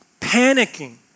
panicking